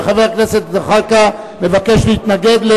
וחבר הכנסת זחאלקה מבקש להתנגד.